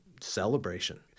celebration